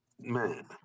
man